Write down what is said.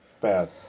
Bad